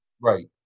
Right